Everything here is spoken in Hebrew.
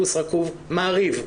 כוס רקוב" מעריב.